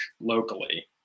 locally